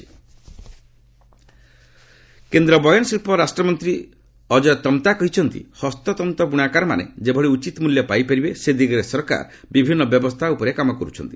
Tamta handloom କେନ୍ଦ୍ର ବୟନଶିଳ୍ପ ରାଷ୍ଟ୍ରମନ୍ତ୍ରୀ ଅଜୟ ତମ୍ତା କହିଛନ୍ତି ହସ୍ତତନ୍ତ ବୁଣାକାରମାନେ ଯେଭଳି ଉଚିତ ମୂଲ୍ୟ ପାଇପାରିବେ ସେ ଦିଗରେ ସରକାର ବିଭିନ୍ନ ବ୍ୟବସ୍ଥା ଉପରେ କାମ କରୁଛନ୍ତି